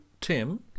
Tim